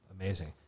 Amazing